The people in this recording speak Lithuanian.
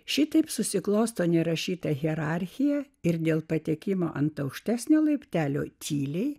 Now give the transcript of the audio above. šitaip susiklosto nerašyta hierarchija ir dėl patekimo ant aukštesnio laiptelio tyliai